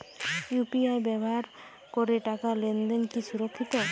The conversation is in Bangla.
ইউ.পি.আই ব্যবহার করে টাকা লেনদেন কি সুরক্ষিত?